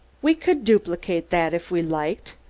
we could duplicate that if we liked.